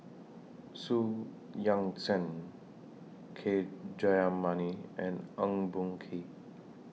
Xu Yuan Zhen K Jayamani and Eng Boh Kee